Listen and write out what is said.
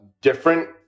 different